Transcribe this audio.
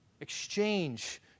Exchange